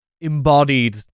embodied